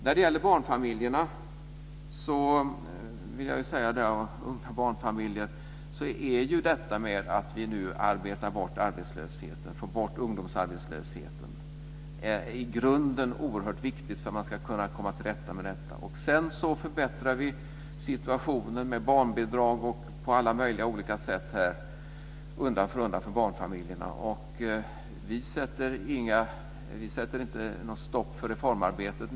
När det gäller unga barnfamiljer är åtgärderna för att minska arbetslösheten och ungdomsarbetslösheten i grunden oerhört viktiga för att man ska komma till rätta med deras situation. Samtidigt förbättrar vi för barnfamiljerna med höjda barnbidrag och på andra sätt undan för undan. Vi sätter inte något stopp för reformarbetet.